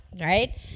Right